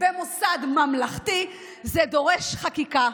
במוסד ממלכתי זה דורש חקיקה.